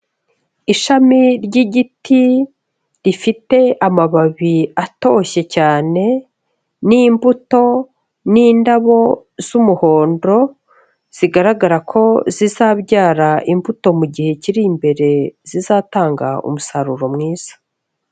Ishami ry'igiti, rifite amababi atoshye cyane, n'imbuto, n'indabo z'umuhondo, zigaragara ko zizabyara imbuto mu gihe kiri imbere, zizatanga umusaruro mwiza.